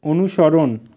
অনুসরণ